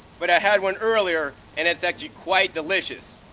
but i had one earlier and it's actually quite delicious.